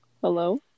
Hello